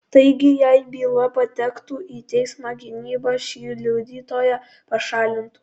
taigi jei byla patektų į teismą gynyba šį liudytoją pašalintų